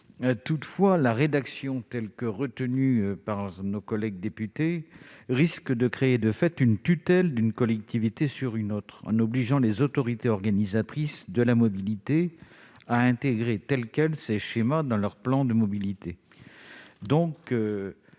Toutefois, la rédaction retenue par nos collègues députés risque de créer de fait une tutelle d'une collectivité sur une autre, en obligeant les autorités organisatrices de la mobilité à intégrer, tels quels, ces schémas dans leurs plans de mobilité.